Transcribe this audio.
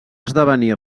esdevenir